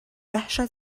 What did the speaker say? وحشت